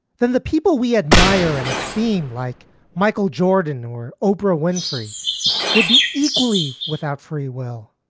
then the people we admire and esteem like michael jordan or oprah winfrey would be equally without free will.